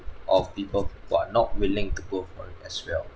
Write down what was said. of people who are not willing to go for it as well